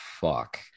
fuck